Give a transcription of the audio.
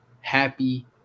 happy